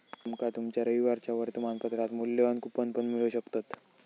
तुमका तुमच्या रविवारच्या वर्तमानपत्रात मुल्यवान कूपन पण मिळू शकतत